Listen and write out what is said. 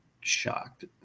shocked